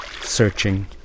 searching